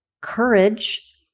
courage